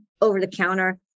over-the-counter